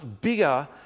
bigger